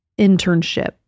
internship